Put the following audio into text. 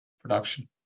production